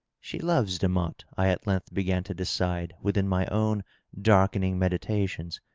she loves demotte i at length began to decide within my own darkening meditations.